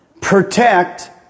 protect